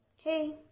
Hey